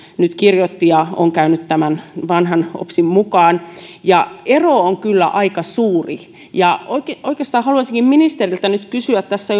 nyt kirjoitti ja on käynyt lukion tämän vanhan opsin mukaan ja ero on kyllä aika suuri oikeastaan haluaisinkin ministeriltä nyt kysyä siitä tässä